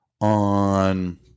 on